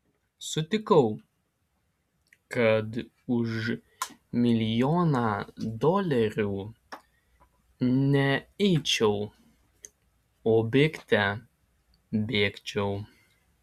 sutikau kad už milijoną dolerių ne eičiau o bėgte bėgčiau